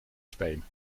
spelen